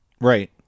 Right